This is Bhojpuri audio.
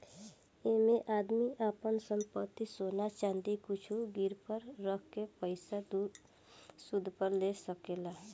ऐइमे आदमी आपन संपत्ति, सोना चाँदी कुछु गिरवी रख के पइसा सूद पर ले सकेला